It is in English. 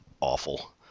awful